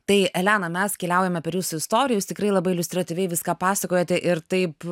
tai elena mes keliaujame per jūsų istoriją tikrai labai iliustratyviai viską pasakojate ir taip